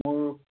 মোৰ